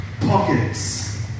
Pockets